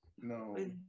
No